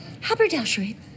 Haberdashery